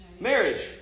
Marriage